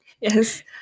Yes